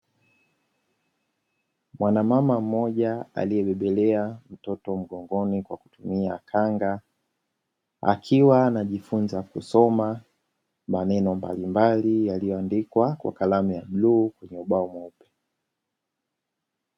Mwanamama mmoja aliyebeba mtoto mgongoni kwa kutumia kanga, akiwa anajifunza kusoma maneno mbalimbali yaliyoandikwa kwa kalamu ya bluu kwenye ubao mweupe.